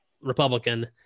Republican